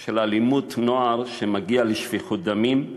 של אלימות נוער שמגיעה לשפיכות דמים,